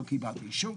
שלא קיבלתי אישור,